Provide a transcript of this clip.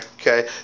okay